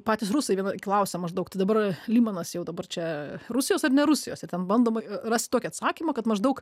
patys rusai vėl klausia maždaug tai dabar lymanas jau dabar čia rusijos ar ne rusijos ir ten bandoma rasti tokį atsakymą kad maždaug